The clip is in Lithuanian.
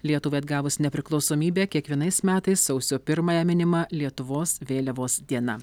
lietuvai atgavus nepriklausomybę kiekvienais metais sausio pirmąją minima lietuvos vėliavos diena